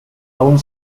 aún